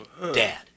Dad